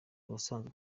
ubusanzwe